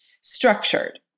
structured